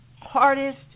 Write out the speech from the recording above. hardest